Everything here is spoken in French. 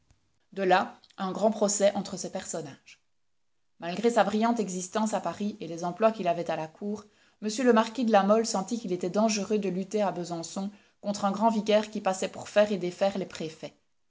de là un grand procès entre ces personnages malgré sa brillante existence à paris et les emplois qu'il avait à la cour m le marquis de la mole sentit qu'il était dangereux de lutter à besançon contre un grand vicaire qui passait pour faire et défaire les préfets